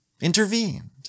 intervened